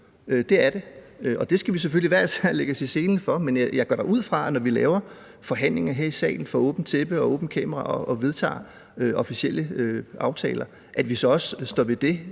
det er det. Og det skal vi selvfølgelig hver især lægge os i selen for, men jeg går da ud fra, at vi, når vi laver forhandlinger her i salen for åbent tæppe og åbent kamera og vedtager officielle aftaler, så også står ved det,